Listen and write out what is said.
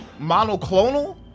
monoclonal